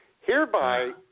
Hereby